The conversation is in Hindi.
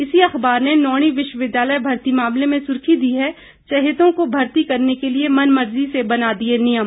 इसी अखबार ने नौणी विश्वविद्यालय भर्ती मामले में सुर्खी दी है चहेतों को भर्ती करने के लिए मनमर्जी से बना दिए नियम